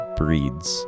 breeds